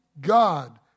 God